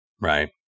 right